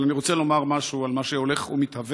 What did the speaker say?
אבל אני רוצה לומר משהו על מה שהולך ומתהווה,